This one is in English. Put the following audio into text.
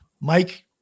Mike